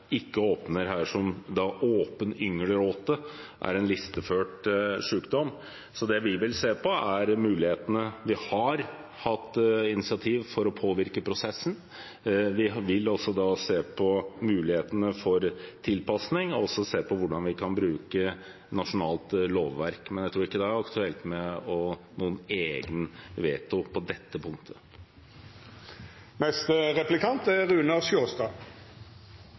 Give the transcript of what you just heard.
vi vil se på, er mulighetene. Vi har tatt initiativ for å påvirke prosessen. Vi vil også se på mulighetene for tilpasning og på hvordan vi kan bruke nasjonalt lovverk, men jeg tror ikke det er aktuelt med noe eget veto på dette punktet.